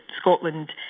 Scotland